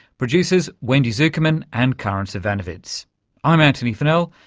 producers wendy zukerman and karin zsivanovits i'm antony funnell,